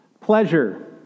Pleasure